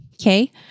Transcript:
Okay